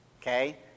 okay